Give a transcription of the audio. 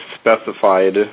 specified